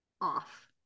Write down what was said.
off